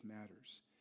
matters